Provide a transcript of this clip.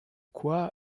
quoi